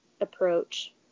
approach